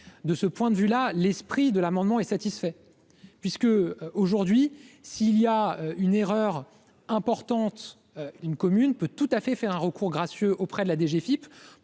De ce point de vue, l'esprit de l'amendement est satisfait, puisque, aujourd'hui, en cas d'erreur importante, une commune peut tout à fait faire un recours gracieux auprès de la DGFiP